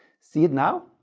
see it now?